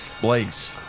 Blaze